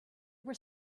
were